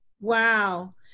Wow